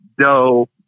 dough